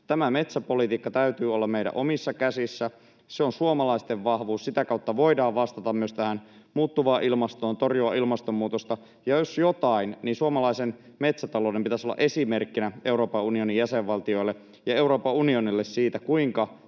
tämän metsäpolitiikan täytyy olla meidän omissa käsissämme. Se on suomalaisten vahvuus. Sitä kautta voidaan vastata myös tähän muuttuvaan ilmastoon, torjua ilmastonmuutosta. Ja jos jotain, niin suomalaisen metsätalouden pitäisi olla esimerkkinä Euroopan unionin jäsenvaltioille ja Euroopan unionille siitä, kuinka